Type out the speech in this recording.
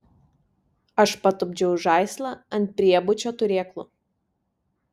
aš patupdžiau žaislą ant priebučio turėklų